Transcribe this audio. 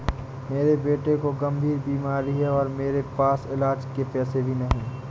मेरे बेटे को गंभीर बीमारी है और मेरे पास इलाज के पैसे भी नहीं